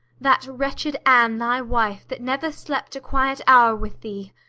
that wretched anne thy wife, that never slept a quiet hour with thee,